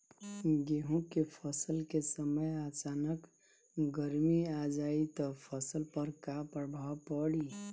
गेहुँ के फसल के समय अचानक गर्मी आ जाई त फसल पर का प्रभाव पड़ी?